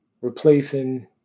replacing